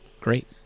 great